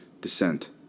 descent